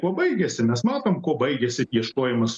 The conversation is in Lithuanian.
kuo baigiasi mes matom kuo baigėsi ieškojimas